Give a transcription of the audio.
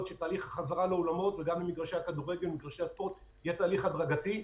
תהליך החזרה לאולמות ולמגרשי הספורט יהיה תהליך הדרגתי,